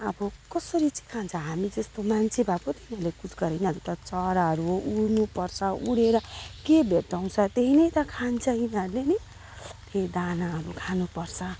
अब कसरी चाहिँ खान्छ हामी जस्तो मान्छे भए पो तिनीहरूले कुछ गरेन यिनीरू त चराहरू हो उड्नु पर्छ उडेर के भेट्टाउँछ त्यही नै त खान्छ यिनीहरूले नै के दानाहरू खानुपर्छ